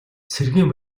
цэргийн